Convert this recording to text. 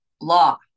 law